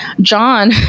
John